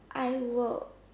I would